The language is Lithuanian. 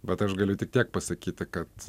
bet aš galiu tik tiek pasakyti kad